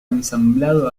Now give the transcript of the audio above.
ensamblado